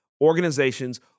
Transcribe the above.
organizations